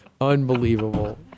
Unbelievable